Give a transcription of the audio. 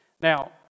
Now